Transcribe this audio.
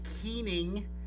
keening